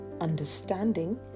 understanding